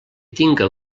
tinga